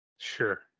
sure